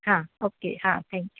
हां ओके हां थँक्यू